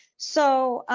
so